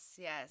yes